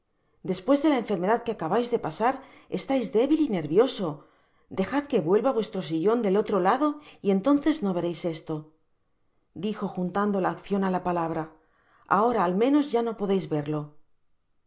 despues de la enfermedad que acabais de pasar estais débil y nervioso dejad que vuelva vuestro sillon del otro lado y entonces no veréis esto dijo juntando la accion á la palabra ahora al menos ya no podeis verlo